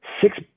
six